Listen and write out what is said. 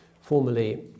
formerly